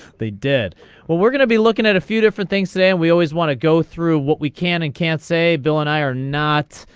the dead well we're going to be looking at a few different things and we always want to go through what we can and can't say bill and i are not.